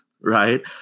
right